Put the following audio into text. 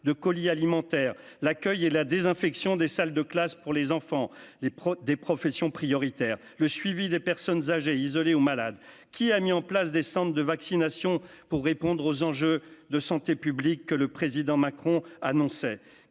de colis alimentaires, l'accueil et la désinfection des salles de classe pour les enfants, les profs des professions prioritaires, le suivi des personnes âgées isolées au malades qui a mis en place des centres de vaccination pour répondre aux enjeux de santé publique, que le président Macron annonçait